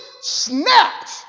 snapped